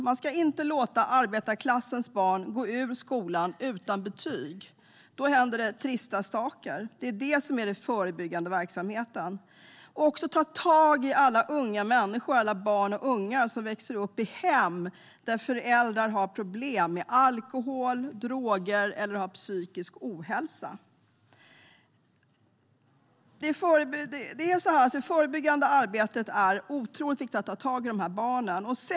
Man ska inte låta arbetarklassens barn gå ur skolan utan betyg. Då händer det trista saker. Det är skolan som är den förebyggande verksamheten. Man ska också ta tag i alla barn och unga som växer upp i hem där föräldrar har problem med alkohol och droger eller har psykisk ohälsa. Det förebyggande arbetet, att ta tag i de här barnen, är otroligt viktigt.